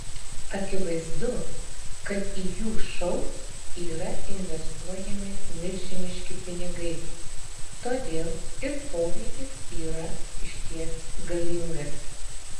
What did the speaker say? akivaizdu kad į jų šou yra investuojami milžiniški pinigai todėl ir poveikis yra išties galingas